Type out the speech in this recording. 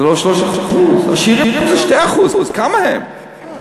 זה לא 3%. עשירים זה 2%; כמה הם?